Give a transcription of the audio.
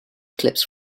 clips